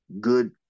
good